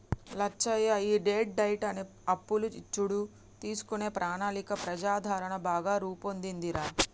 లచ్చయ్య ఈ debt diet అనే అప్పులు ఇచ్చుడు తీసుకునే ప్రణాళికలో ప్రజాదరణ బాగా పొందిందిరా